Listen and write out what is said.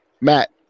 Matt